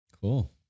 Cool